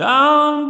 Down